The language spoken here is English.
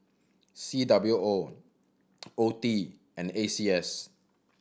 C W O O T and A C S